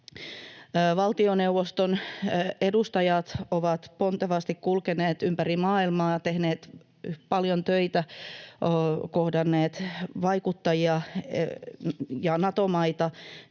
Valtioneuvoston edustajat ovat pontevasti kulkeneet ympäri maailmaa, tehneet paljon töitä, kohdanneet vaikuttajia ja Nato-maita